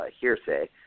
hearsay